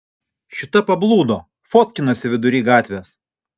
šita pablūdo fotkinasi vidury gatvės